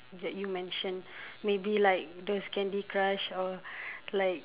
that you mention maybe like those Candy Crush or like